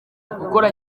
gukora